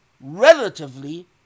relatively